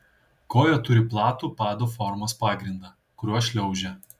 koja turi platų pado formos pagrindą kuriuo šliaužia